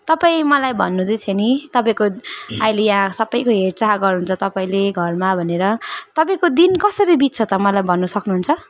तपाईँ मलाई भन्नुहुँदैथ्यो नि तपाईँको अहिले या सबैको हेरचाह गर्नुहुन्छ तपाईँले घरमा भनेर तपाईँको दिन कसरी बित्छ त मलाई भन्न सक्नुहुन्छ